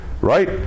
right